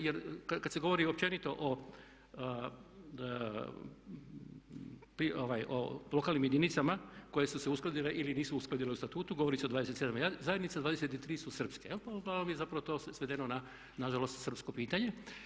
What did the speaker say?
Jer kad se govori općenito o lokalnim jedinicama koje su se uskladile ili nisu uskladile u statutu govori se o 27 zajednica, 23 su srpske, pa uglavnom je zapravo to svedeno na žalost srpsko pitanje.